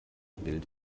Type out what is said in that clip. bild